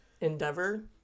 endeavor